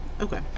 Okay